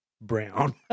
brown